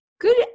good